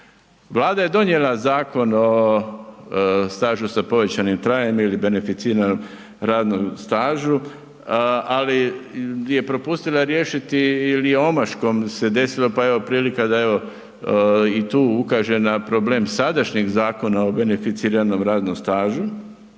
Vlada je donijela Zakon o stažu sa povećanim trajanjem ili beneficiranom radnom stažu, ali je propustila riješiti ili je omaškom se desilo pa evo prilika da evo i tu ukažem na problem sadašnjem Zakona o beneficiranom radnom stažu.